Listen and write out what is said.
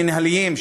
המינהליים,